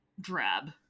drab